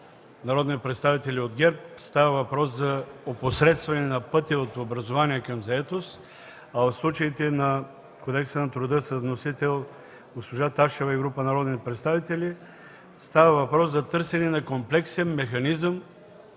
народни представители от ГЕРБ става въпрос за опосредстване на пътя от образование към заетост, а в случаите на Кодекса на труда с вносители госпожа Ташева и група народни представители става въпрос за търсене на комплексен механизъм